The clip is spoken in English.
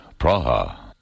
Praha